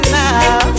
now